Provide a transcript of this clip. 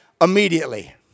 immediately